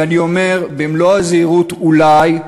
ואני אומר במלוא הזהירות אולי,